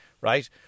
Right